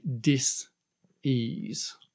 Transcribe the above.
dis-ease